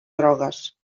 grogues